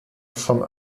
from